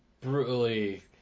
brutally